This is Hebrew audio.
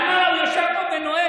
על מה הוא יושב פה ונואם,